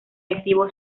activo